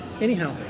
Anyhow